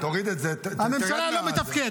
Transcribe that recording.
סיימת.